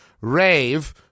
rave